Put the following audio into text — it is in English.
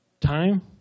time